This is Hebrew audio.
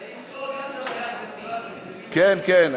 כן, כן.